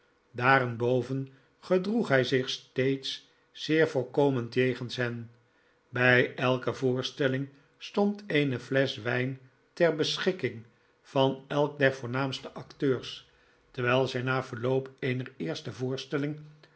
daarenboven gedroeg hij zich steeds zeer voorkomend jegens hen bij elke voorstelling stond eene flesch wtfn ter beschikking van elk der voornaamste acteurs terwijl zij na den afloop eener eerste voorstelling